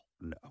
No